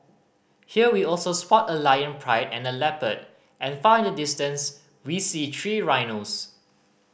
here we also spot a lion pride and a leopard and far in the distance we see three rhinos